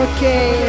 Okay